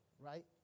right